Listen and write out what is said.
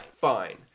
fine